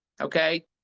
okay